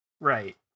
right